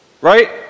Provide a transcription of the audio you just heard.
right